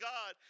God